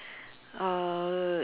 uh